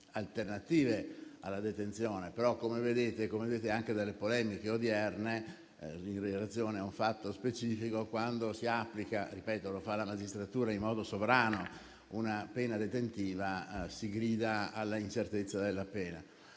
alternative alla detenzione. Però, come vedete anche dalle polemiche odierne, in relazione a un fatto specifico, quando la magistratura, in modo sovrano, applica una pena detentiva, si grida alla incertezza della pena.